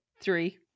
Three